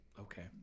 Okay